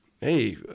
hey